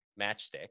Matchstick